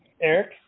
Eric